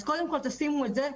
אז קודם כל תשימו את זה.